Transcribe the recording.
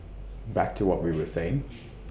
back to what we were saying